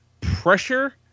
pressure